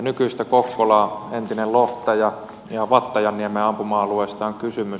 nykyisestä kokkolasta entisestä lohtajasta ja vattajanniemen ampuma alueesta on kysymys